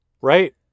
Right